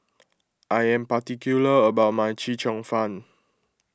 I am particular about my Chee Cheong Fun